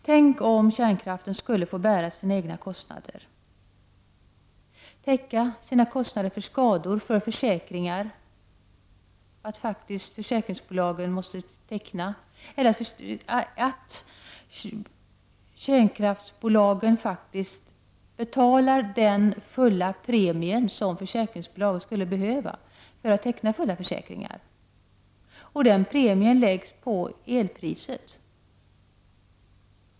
Tänk om kärnkraftsbolagen skulle få bära sina egna kostnader för skador och för försäkringar, dvs. att kärnkraftsbolagen faktiskt skulle få betala den fulla premien som försäkringsbolagen skulle behöva ta ut för att teckna fulla försäkringar och att den premien skulle läggas på elpriset.